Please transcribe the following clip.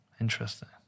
Interesting